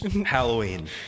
Halloween